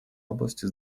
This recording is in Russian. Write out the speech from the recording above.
области